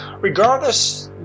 regardless